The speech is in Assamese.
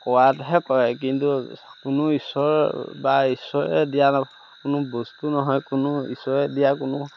কোৱাতহে কয় কিন্তু কোনো ঈশ্বৰ বা ঈশ্বৰে দিয়া কোনো বস্তু নহয় কোনো ঈশ্বৰে দিয়া কোনো